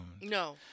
No